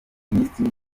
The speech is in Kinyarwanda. minisitiri